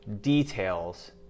details